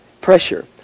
Pressure